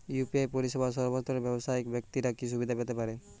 UPI পরিসেবা সর্বস্তরের ব্যাবসায়িক ব্যাক্তিরা কি সুবিধা পেতে পারে?